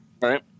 right